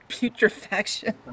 putrefaction